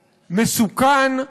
מסוכן,